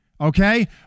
Okay